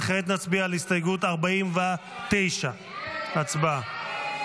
וכעת נצביע על הסתייגות 49. הצבעה.